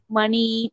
money